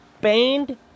banned